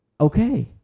Okay